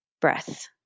breath